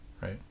right